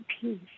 peace